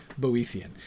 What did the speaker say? Boethian